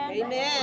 Amen